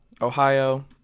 Ohio